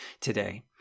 today